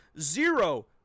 zero